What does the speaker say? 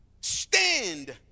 stand